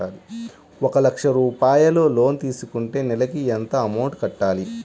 ఒక లక్ష రూపాయిలు లోన్ తీసుకుంటే నెలకి ఎంత అమౌంట్ కట్టాలి?